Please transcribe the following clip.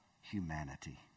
humanity